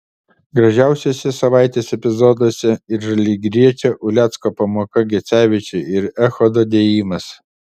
gražiausiuose savaitės epizoduose ir žalgiriečio ulecko pamoka gecevičiui ir echodo dėjimas